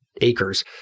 acres